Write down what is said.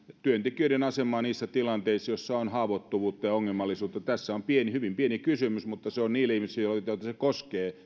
työntekijöiden asemaa niissä tilanteissa joissa on haavoittuvuutta ja ongelmallisuutta tässä on hyvin pieni kysymys mutta se on iso kysymys niille ihmisille joita se koskee